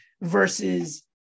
versus